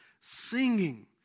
Singing